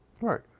right